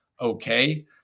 okay